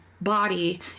body